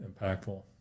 impactful